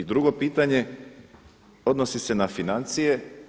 I drugo pitanje odnosi se na financije.